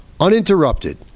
uninterrupted